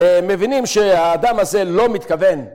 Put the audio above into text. מבינים שהאדם הזה לא מתכוון